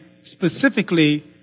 specifically